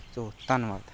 ਸੋ ਧੰਨਵਾਦ